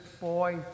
boy